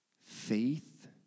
Faith